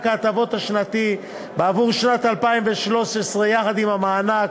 מענק ההטבות השנתי בעבור שנת 2013 יחד עם המענק